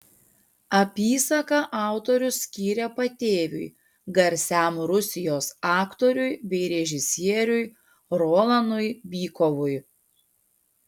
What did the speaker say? apysaką autorius skyrė patėviui garsiam rusijos aktoriui bei režisieriui rolanui bykovui